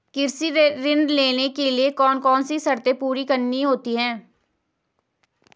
कृषि ऋण लेने के लिए कौन कौन सी शर्तें पूरी करनी होती हैं?